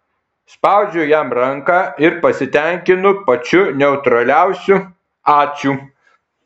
spaudžiu jam ranką ir pasitenkinu pačiu neutraliausiu ačiū